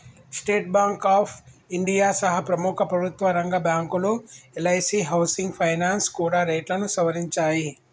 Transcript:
state Bank of India సహా ప్రముఖ ప్రభుత్వరంగ బ్యాంకులు, ఎల్ఐసీ హౌసింగ్ ఫైనాన్స్ కూడా రేట్లను సవరించాయి